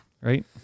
Right